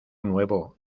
nuevo